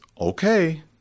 Okay